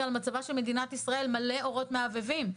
מצבה של מדינת ישראל מלא אורות מהבהבים.